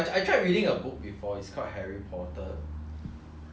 but 那时候我看的那个 harry potter 的时候